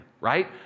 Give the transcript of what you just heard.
right